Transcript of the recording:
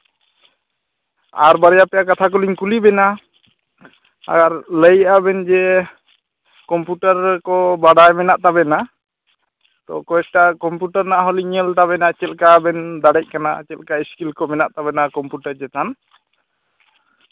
ᱟᱨ ᱵᱟᱨᱭᱟ ᱯᱮᱭᱟ ᱠᱟᱛᱷᱟ ᱠᱚᱞᱤᱧ ᱠᱩᱞᱤ ᱵᱮᱱᱟ ᱟᱨ ᱞᱟᱹᱭᱮᱜᱼᱟ ᱵᱮᱱ ᱡᱮ ᱠᱚᱢᱯᱩᱴᱟᱨ ᱠᱚ ᱵᱟᱰᱟᱭ ᱢᱮᱱᱟᱜ ᱛᱟᱵᱮᱱᱟ ᱛᱚ ᱠᱚᱭᱮᱠᱴᱟ ᱠᱚᱢᱯᱩᱴᱟᱨ ᱨᱮᱱᱟᱜ ᱦᱚᱞᱤᱧ ᱧᱮᱞ ᱛᱟᱵᱮᱱᱟ ᱪᱮᱫ ᱞᱮᱠᱟᱵᱮᱱ ᱫᱟᱲᱮᱭᱟᱜ ᱠᱟᱱᱟ ᱪᱮᱫᱞᱮᱠᱟ ᱥᱠᱤᱞ ᱠᱚ ᱢᱮᱱᱟᱜ ᱛᱟᱵᱮᱱᱟ ᱠᱚᱢᱯᱩᱴᱟᱨ ᱠᱚ ᱪᱮᱛᱟᱱ